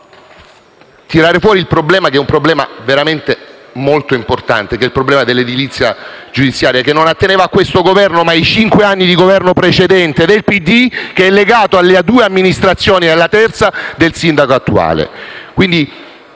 mai tirare fuori il problema, veramente molto importante, dell'edilizia giudiziaria che non atteneva a questo Governo, ma ai cinque anni di Governo precedente del PD, che è legato alle due amministrazioni e alla terza del sindaco attuale.